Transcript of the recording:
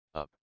up